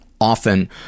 often